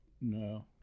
No